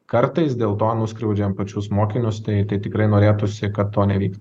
kartais dėl to nuskriaudžiam pačius mokinius tai tai tikrai norėtųsi kad to nevyktų